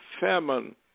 famine